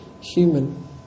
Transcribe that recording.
human